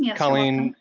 yeah colleen,